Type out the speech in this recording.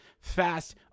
fast